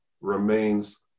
remains